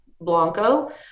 Blanco